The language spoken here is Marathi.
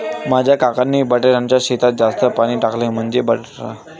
माझ्या काकांनी बटाट्याच्या शेतात जास्त पाणी टाकले, म्हणजे बटाटा